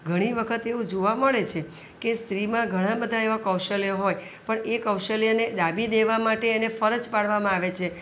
ઘણી વખત એવું જોવા મળે છે કે સ્ત્રીમાં ઘણા બધા એવા કૌશલ્યો હોય પણ એ કૌશલ્યોને દાબી દેવા માટે એને ફરજ પાડવામાં આવે છે